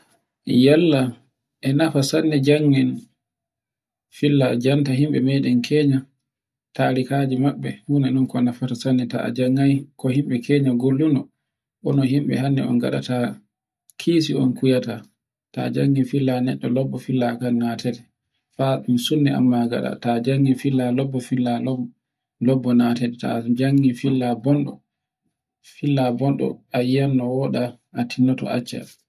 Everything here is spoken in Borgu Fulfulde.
Yalle e wodi wakkatiji fu tokki a tawi habaruji. Gonga nun e ɗun waɗi ngan ta tokki habaru annan ko gondana a e leydi a annan e leydi gondana a annan jama'are fere-fere, nukkuje fere-fere ko wundona ko fini tan. Ko fini e nyalli e tawayi ko hiri fu